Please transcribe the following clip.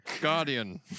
Guardian